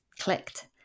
clicked